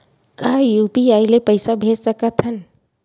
का यू.पी.आई ले पईसा भेज सकत हन?